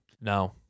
No